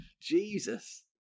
Jesus